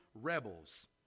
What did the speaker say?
rebels